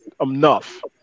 enough